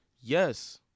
Yes